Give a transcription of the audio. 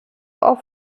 auf